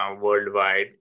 worldwide